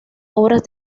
obras